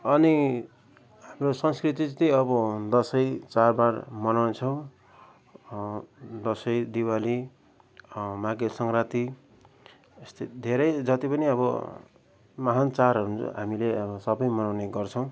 अनि हाम्रो संस्कृति चाहिँ त्यही अब दसैँ चाडबाड मनाउँछौँ दसैँ दिवाली माघे सङ्क्रान्ति यस्तै धेरै जति पनि अब महान् चाडहरू हुन्छ हामीले अब सबै मनाउने गर्छौँ